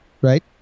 Right